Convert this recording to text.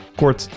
kort